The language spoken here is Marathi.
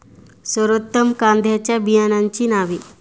सर्वोत्तम कांद्यांच्या बियाण्यांची नावे?